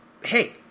hey